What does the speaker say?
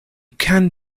can